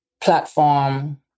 platform